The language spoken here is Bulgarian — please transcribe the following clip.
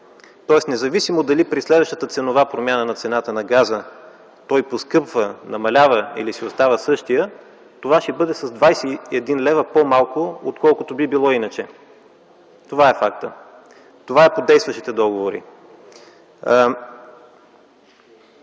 тоест независимо дали при следващата ценова промяна на цената на газа той поскъпва, намалява или си остава същият, това ще бъде с 21 лв. по-малко, отколкото би било иначе. Това е фактът! Това е по действащите договори.